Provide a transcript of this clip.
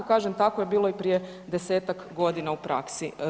Kažem tako je bilo i prije 10-tak godina u praksi.